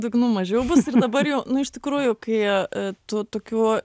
dugnu mažiau bus ir dabar jau nu iš tikrųjų kai tų tokių